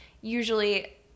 usually